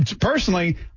personally